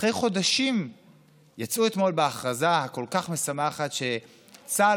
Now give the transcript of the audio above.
אחרי חודשים יצאו אתמול בהכרזה כל כך משמחת שצה"ל